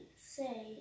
say